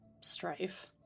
strife